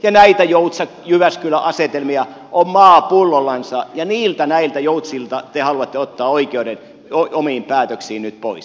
ja näitä joutsajyväskylä asetelmia on maa pullollansa ja niiltä näiltä joutsilta te haluatte ottaa oikeuden omiin päätöksiin nyt pois